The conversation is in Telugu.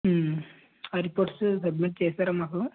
ఉ ఆ రిపోర్ట్స్ సబ్మిట్ చేసారా మాకు